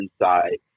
inside